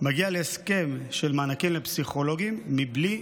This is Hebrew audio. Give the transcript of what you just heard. מגיע להסכם של מענקים לפסיכולוגים מבלי